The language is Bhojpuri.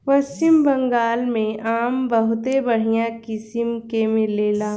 पश्चिम बंगाल में आम बहुते बढ़िया किसिम के मिलेला